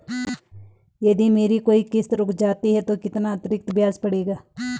यदि मेरी कोई किश्त रुक जाती है तो कितना अतरिक्त ब्याज पड़ेगा?